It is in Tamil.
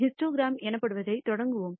ஹிஸ்டோகிராம் எனப்படுவதைத் தொடங்குவோம்